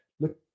look